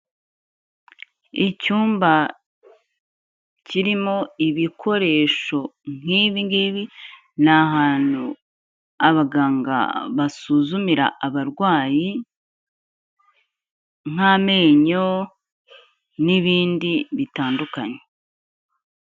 Icyumba kirimo ibikoresho nk'ibi ngibi, ni ahantu abaganga basuzumira abarwayi nk'amenyo n'ibindi bitandukanye.